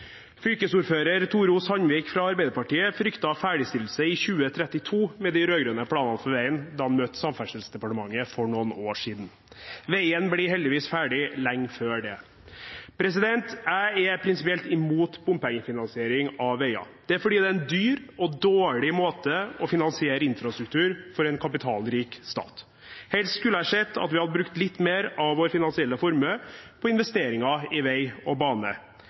Fylkesordfører Tore O. Sandvik fra Arbeiderpartiet fryktet ferdigstillelse i 2032 med de rød-grønne planene for veien da han møtte Samferdselsdepartementet for noen år siden. Veien blir heldigvis ferdig lenge før det. Jeg er prinsipielt imot bompengefinansiering av veier. Det er fordi det er en dyr og dårlig måte å finansiere infrastruktur på for en kapitalrik stat. Helst skulle jeg sett at vi kunne brukt mer av vår finansielle formue på investeringer i vei og bane.